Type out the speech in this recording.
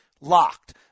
LOCKED